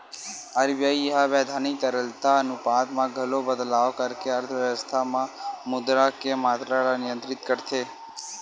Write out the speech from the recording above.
RBI ह बैधानिक तरलता अनुपात म घलो बदलाव करके अर्थबेवस्था म मुद्रा के मातरा ल नियंत्रित करथे